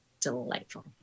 delightful